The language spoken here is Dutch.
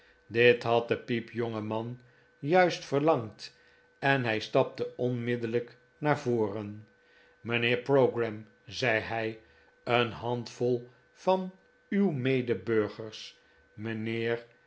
dit had de piepjonge man juist verlangd en hij stapte onmiddellijk naar voren mijnheer pogram zei hij een handvol van uw medeburgers mijnheer